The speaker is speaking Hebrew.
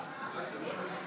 אולי תוותר?